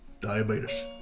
diabetes